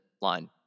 line